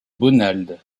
bonald